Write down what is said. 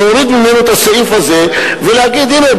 להוריד ממנו את הסעיף הזה ולהגיד: הנה,